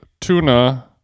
tuna